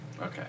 Okay